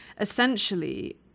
essentially